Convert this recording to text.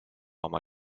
oma